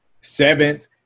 seventh